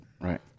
Right